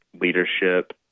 leadership